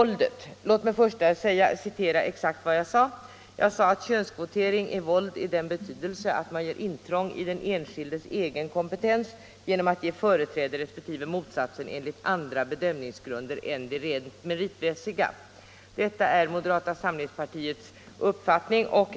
Låt mig först citera exakt vad jag sade när det gäller våldet. Jag sade att könskvotering är våld i den betydelsen att man gör intrång i den enskildes egen kompetens genom att ge företräde resp. motsatsen enligt andra bedömningsgrunder än de rent meritmässiga. Detta är moderata samlingspartiets uppfattning.